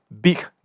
big